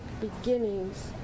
beginnings